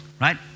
Right